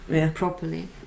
properly